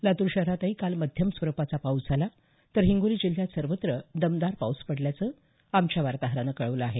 लातूर शहरातही काल मध्यम स्वरूपाचा पाऊस झाला तर हिंगोली जिल्ह्यात सर्वत्र दमदार पाऊस पडल्याचं आमच्या वार्ताहरानं कळवलं आहे